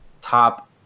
top